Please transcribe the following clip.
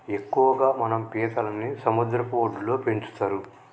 ఎక్కువగా మనం పీతలని సముద్ర వడ్డులో పెంచుతరు